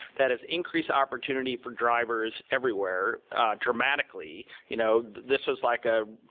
that has increased opportunity for drivers everywhere dramatically. you know this was like a